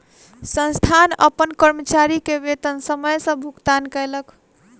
संस्थान अपन कर्मचारी के वेतन समय सॅ भुगतान कयलक